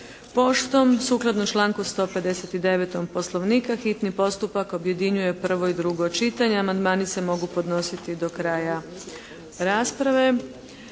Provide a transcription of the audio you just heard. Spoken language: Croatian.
poštom. Sukladno članku 159. poslovnika hitni postupak objedinjuje prvo i drugo čitanje. Amandmani se mogu podnositi do kraja rasprave.